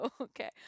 okay